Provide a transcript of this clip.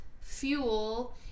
fuel